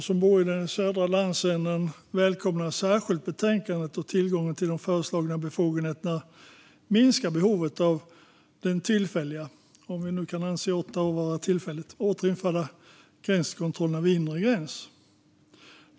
Som boende i södra landsändan välkomnar jag särskilt betänkandet, då tillgången till de föreslagna befogenheterna minskar behovet av de tillfälliga - om vi nu kan anse åtta år vara tillfälligt - återinförda gränskontrollerna vid inre gräns.